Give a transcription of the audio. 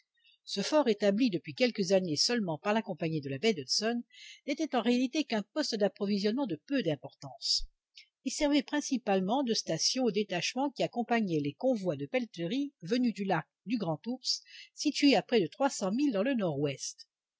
ce fort établi depuis quelques années seulement par la compagnie de la baie d'hudson n'était en réalité qu'un poste d'approvisionnement de peu d'importance il servait principalement de station aux détachements qui accompagnaient les convois de pelleteries venus du lac du grand ours situé à près de trois cents milles dans le nord-ouest